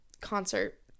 concert